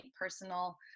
personal